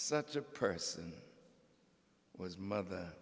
such a person was mother